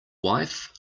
wife